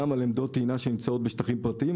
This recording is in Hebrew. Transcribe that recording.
על עמדות טעינה שנמצאות בשטחים פרטיים,